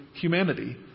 humanity